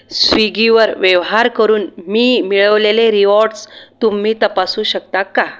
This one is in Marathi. स्विगी वर व्यवहार करून मी मिळवलेले रीवॉर्डस तुम्ही तपासू शकता का